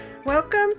Welcome